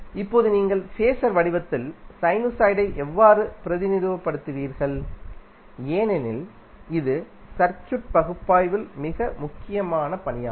இப்போது நீங்கள் ஃபேஸர் வடிவத்தில் சைனுசாய்டை எவ்வாறு பிரதிநிதித்துவப்படுத்துவீர்கள் ஏனெனில் இது சர்க்யூட் பகுப்பாய்வில் மிக முக்கியமான பணியாகும்